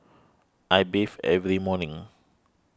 I bathe every morning